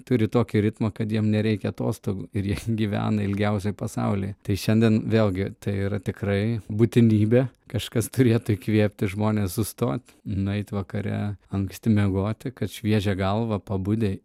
turi tokį ritmą kad jiem nereikia atostogų ir jie gyvena ilgiausiai pasaulyje tai šiandien vėlgi tai yra tikrai būtinybė kažkas turėtų įkvėpti žmones sustot nueit vakare anksti miegoti kad šviežia galva pabudę